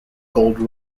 gold